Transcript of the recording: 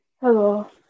Hello